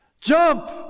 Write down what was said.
Jump